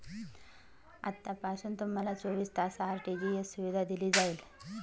आतापासून तुम्हाला चोवीस तास आर.टी.जी.एस सुविधा दिली जाईल